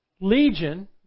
legion